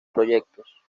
proyectos